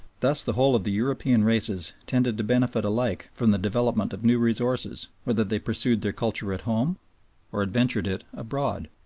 thus the whole of the european races tended to benefit alike from the development of new resources whether they pursued their culture at home or adventured it abroad.